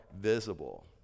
visible